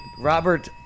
Robert